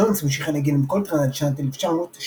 ג'ונס המשיך לנגן עם קולטריין עד שנת 1966,